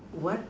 what